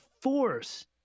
force